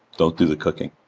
don't do the cooking.